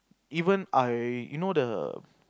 even I you know the